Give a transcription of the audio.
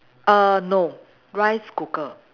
err no rice cooker